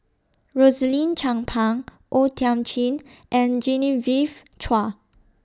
Rosaline Chan Pang O Thiam Chin and Genevieve Chua